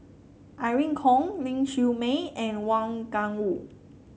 Irene Khong Ling Siew May and Wang Gungwu